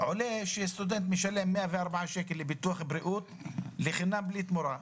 עולה שסטודנט משלם 104 שקלים לביטוח בריאות חינם בלי תמורה.